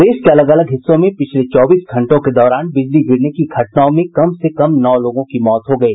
प्रदेश के अलग अलग हिस्सों में पिछले चौबीस घंटों के दौरान बिजली गिरने की घटनाओं में कम से कम नौ लोगों की मौत हो गयी